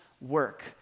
work